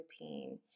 routine